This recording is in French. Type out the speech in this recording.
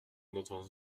d’entendre